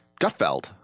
Gutfeld